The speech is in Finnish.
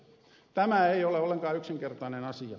tämä ei ole ollenkaan yksinkertainen asia